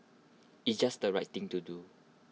it's just right thing to do